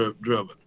driven